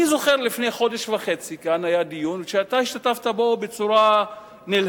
אני זוכר שלפני חודש וחצי היה כאן דיון שאתה השתתפת בו בצורה נלהבת.